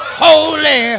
holy